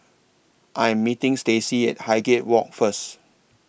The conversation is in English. I Am meeting Stacey At Highgate Walk First